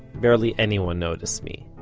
barely anyone noticed me.